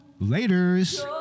Laters